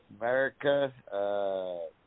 America